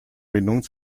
verbindung